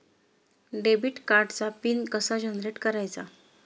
Debit कार्डचा PIN कसा generate करायचा?